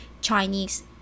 Chinese